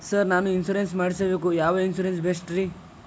Sir ನಾನು insurance ಮಾಡಿಸಬೇಕು ಯಾವ ಇನ್ಶೂರೆನ್ಸ್ ಬೆಸ್ಟ್ರಿ?